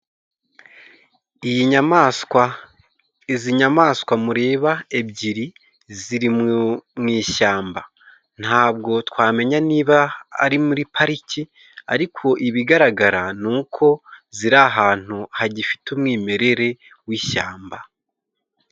Iyi nyamaswa, izi nyamaswa mureba ebyiri ziri mu ishyamba. Ntabwo twamenya niba ari muri pariki ariko ibigaragara ni uko ziri ahantu hagifite umwimerere w'ishyamba.